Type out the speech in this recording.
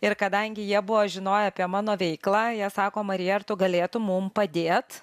ir kadangi jie buvo žinoję apie mano veiklą jie sako marija ar tu galėtum mum padėt